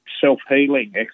self-healing